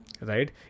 right